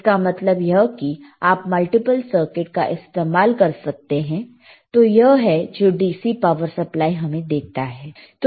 इसका मतलब यह कि आप मल्टीपल सर्किट का इस्तेमाल कर सकते हैं तो यह है जो DC पावर सप्लाई हमें देता है